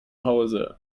hause